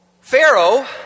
Pharaoh